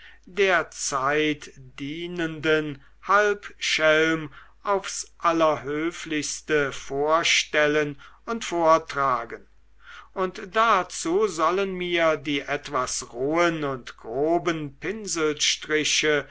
der zeit dienenden halbschelm aufs allerhöflichste vorstellen und vortragen und dazu sollen mir die etwas rohen und groben pinselstriche